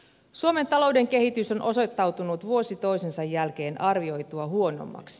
suomen talouden kehitys on osoittautunut vuosi toisensa jälkeen arvioitua huonommaksi